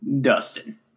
Dustin